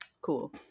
Cool